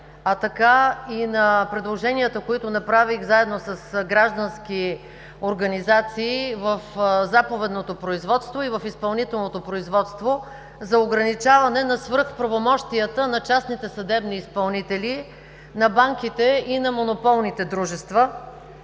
а така и на предложенията, които направих заедно с граждански организации в заповедното производство и в изпълнителното производство за ограничаване на свръхправомощията на частните съдебни изпълнители, на банките и на монополните дружества.